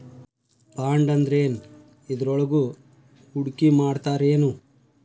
ಬಾಂಡಂದ್ರೇನ್? ಇದ್ರೊಳಗು ಹೂಡ್ಕಿಮಾಡ್ತಾರೇನು?